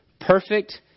perfect